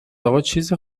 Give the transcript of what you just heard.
آقاچیزی